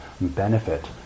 benefit